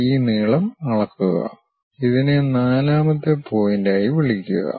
ഈ നീളം അളക്കുക ഇതിനെ നാലാമത്തെ പോയിന്റായി വിളിക്കുക